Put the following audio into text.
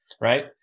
Right